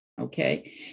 Okay